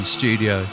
studio